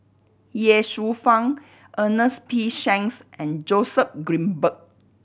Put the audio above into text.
Ye Shufang Ernest P Shanks and Joseph Grimberg